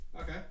Okay